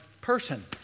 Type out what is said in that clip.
person